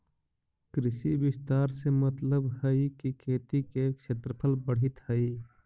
कृषि विस्तार से मतलबहई कि खेती के क्षेत्रफल बढ़ित हई